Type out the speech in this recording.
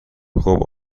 خوب